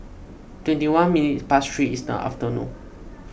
twenty one minutes past three in the afternoon